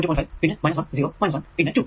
5 പിന്നെ 1 0 1പിന്നെ 2